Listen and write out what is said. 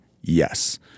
Yes